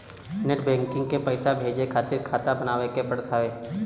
net banking से पईसा भेजे खातिर खाता बानवे के पड़त हअ